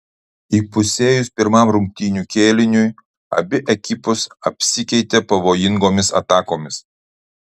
įpusėjus pirmam rungtynių kėliniui abi ekipos apsikeitė pavojingomis atakomis